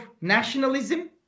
nationalism